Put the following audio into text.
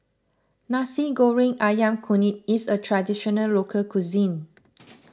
Nasi Goreng Ayam Kunyit is a Traditional Local Cuisine